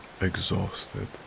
exhausted